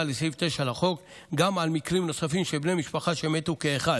לסעיף 9 לחוק גם על מקרים נוספים של בני משפחה שמתו כאחד,